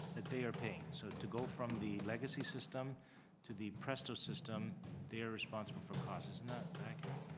that they are paying so to go from the regular legacy system to the presto system they are responsible for costs. is and that accurate?